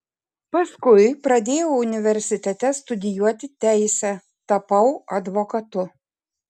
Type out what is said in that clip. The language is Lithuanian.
paskui pradėjau universitete studijuoti teisę tapau advokatu